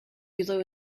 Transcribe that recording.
below